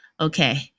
Okay